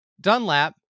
Dunlap